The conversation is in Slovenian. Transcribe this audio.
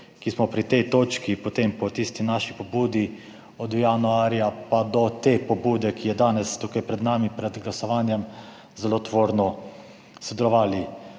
smo pri tej točki od tiste naše pobudi januarja pa do te pobude, ki je danes tukaj pred nami pred glasovanjem, zelo tvorno sodelovali.